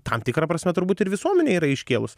tam tikra prasme turbūt ir visuomenė yra iškėlus